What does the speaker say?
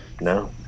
No